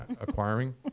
acquiring